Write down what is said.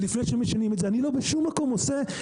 אני בשום מקום לא עושה,